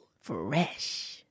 Fresh